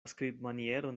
skribmanieron